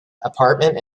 apartment